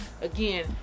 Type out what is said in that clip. again